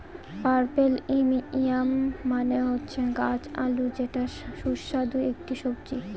purple yam মানে হচ্ছে গাছ আলু যেটা সুস্বাদু একটি সবজি